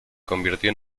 convirtió